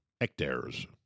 hectares